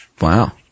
Wow